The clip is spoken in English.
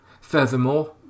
Furthermore